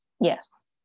Yes